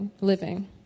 living